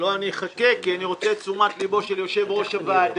אני אחכה כי אני רוצה את תשומת ליבו של יושב-ראש הוועדה.